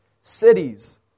cities